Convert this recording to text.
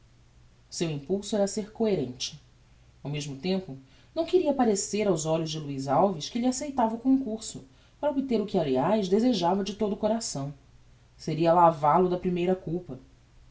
seu impulso era ser coherente ao mesmo tempo não queria parecer aos olhos de luiz alves que lhe acceitava o concurso para obter o que aliás desejava de todo o coração sería laval o da primeira culpa